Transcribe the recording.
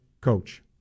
coach